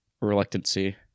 reluctancy